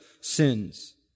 sins